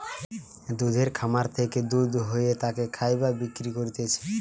দুধের খামার থেকে দুধ দুয়ে তাকে খায় বা বিক্রি করতিছে